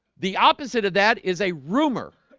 the opposite of that is a rumor